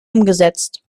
umgesetzt